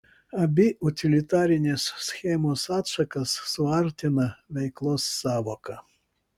abi utilitarinės schemos atšakas suartina veiklos sąvoka